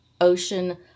ocean